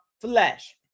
flesh